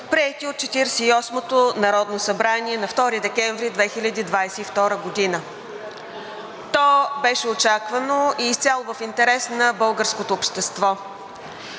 и осмото народно събрание на 2 декември 2022 г. То беше очаквано и изцяло в интерес на българското общество.